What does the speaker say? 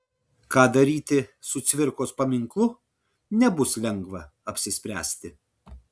ką daryti su cvirkos paminklu nebus lengva apsispręsti